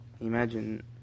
Imagine